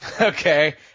Okay